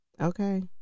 Okay